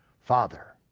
father,